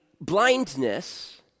blindness